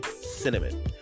cinnamon